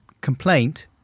complaint